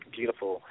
beautiful